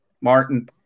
Martin